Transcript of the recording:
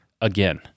again